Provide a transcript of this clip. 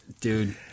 dude